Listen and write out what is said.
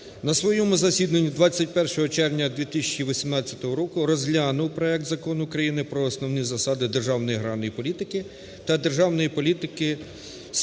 на своєму засіданні 21 червня 2018 року розглянув проект Закону України про основні засади державної аграрної політики та державної політики